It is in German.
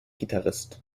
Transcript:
gitarrist